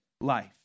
life